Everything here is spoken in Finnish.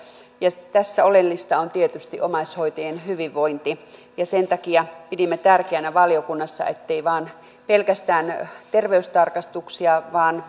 tässä oleellista on tietysti omaishoitajien hyvinvointi ja sen takia pidimme tärkeänä valiokunnassa ettei tehdä pelkästään terveystarkastuksia vaan